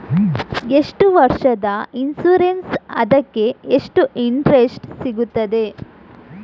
ಎಷ್ಟು ವರ್ಷದ ಇನ್ಸೂರೆನ್ಸ್ ಅದಕ್ಕೆ ಎಷ್ಟು ಇಂಟ್ರೆಸ್ಟ್ ಸಿಗುತ್ತದೆ?